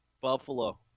Buffalo